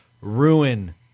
ruin